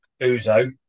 Uzo